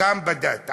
גם בדת.